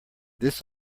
this